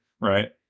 right